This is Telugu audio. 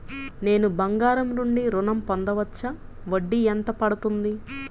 నేను బంగారం నుండి ఋణం పొందవచ్చా? వడ్డీ ఎంత పడుతుంది?